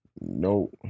No